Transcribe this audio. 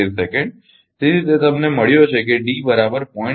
તેથી તે તમને મળ્યો છે કે ડી બરાબર 0